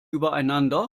übereinander